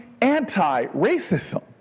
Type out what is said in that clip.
anti-racism